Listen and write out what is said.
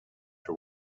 her